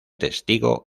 testigo